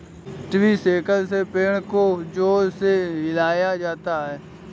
tree shaker से पेड़ को जोर से हिलाया जाता है